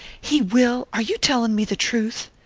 he will? are you telling me the truth?